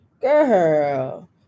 Girl